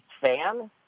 fan